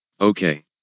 okay